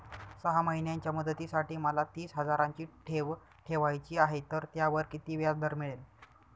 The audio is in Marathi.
सहा महिन्यांच्या मुदतीसाठी मला तीस हजाराची ठेव ठेवायची आहे, तर त्यावर किती व्याजदर मिळेल?